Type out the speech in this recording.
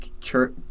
Church